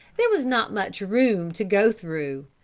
there was not much room to go through,